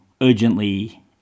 urgently